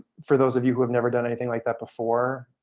for those of you who have never done anything like that before,